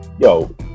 yo